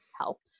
helps